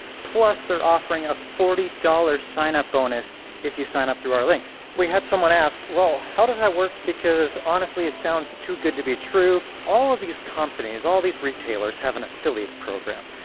plus they're offering a forty dollar sign up bonus if you sign up through our link. we had someone ask well how does that work? because honestly it sounds too good to be true. all of these companies, all these retailers have an affiliate program.